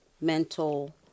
mental